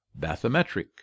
bathymetric